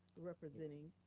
representing,